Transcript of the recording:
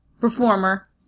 performer